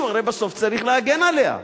הרי מישהו צריך להגן עליה בסוף,